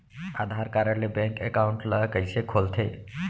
आधार card ले bank account ल कइसे खोलथे?